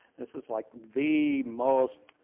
this is like the most